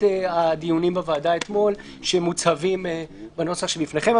הדיונים בוועדה אתמול שמוצהבים בנוסח לפניכם.